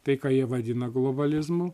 tai ką jie vadina globalizmu